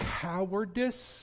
Cowardice